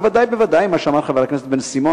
בוודאי ובוודאי מה שאמרו חבר הכנסת בן-סימון